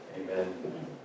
Amen